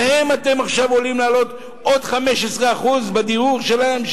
להם אתם הולכים עכשיו להעלות 15% בדירוג שלהם,